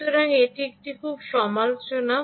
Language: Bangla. সুতরাং এটি একটি খুব সমালোচনা